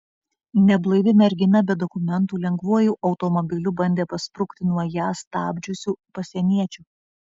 neblaivi mergina be dokumentų lengvuoju automobiliu bandė pasprukti nuo ją stabdžiusių pasieniečių